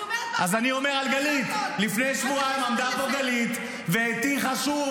הגיע הזמן שנשים את זה מאחורינו ותגידו סליחה.